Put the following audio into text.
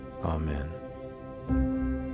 Amen